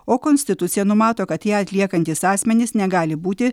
o konstitucija numato kad ją atliekantys asmenys negali būti